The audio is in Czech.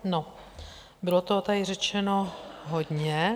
No bylo toho tady řečeno hodně.